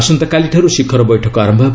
ଆସନ୍ତାକାଲିଠାରୁ ଶିଖର ବୈଠକ ଆରମ୍ଭ ହେବ